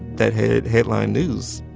that had headline news.